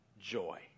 joy